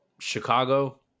Chicago